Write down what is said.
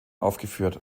aufgeführt